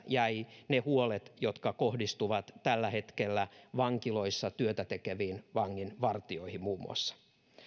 jäivät ne huolet jotka kohdistuvat tällä hetkellä vankiloissa työtä tekeviin vanginvartijoihin muun muassa